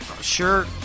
sure